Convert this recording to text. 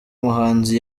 muhanzi